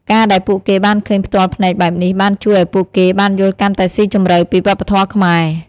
ការដែលពួកគេបានឃើញផ្ទាល់ភ្នែកបែបនេះ បានជួយឲ្យពួកគេបានយល់កាន់តែស៊ីជម្រៅពីវប្បធម៌ខ្មែរ។